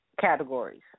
categories